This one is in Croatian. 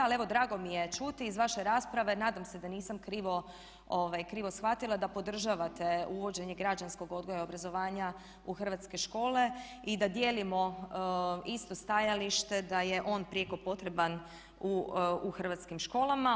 Ali evo drago mi je čuti iz vaše rasprave, nadam se da nisam krivo shvatila da podržavate uvođenje građanskog odgoja i obrazovanja u hrvatske škole i da dijelimo isto stajalište da je on prijeko potreban u hrvatskim školama.